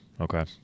Okay